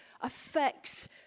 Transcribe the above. affects